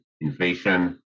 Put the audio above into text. inflation